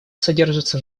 содержится